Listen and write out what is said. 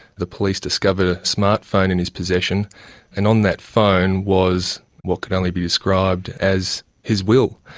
the police discovered a smart phone in his possession and on that phone was what could only be described as his will.